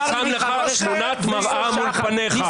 אני שם לך תמונת מראה מול פניך,